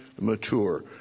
mature